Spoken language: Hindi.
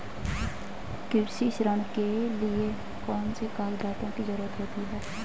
कृषि ऋण के लिऐ कौन से कागजातों की जरूरत होती है?